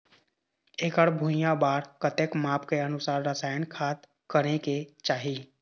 एकड़ भुइयां बार कतेक माप के अनुसार रसायन खाद करें के चाही?